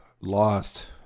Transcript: lost